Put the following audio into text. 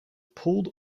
pulled